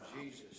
Jesus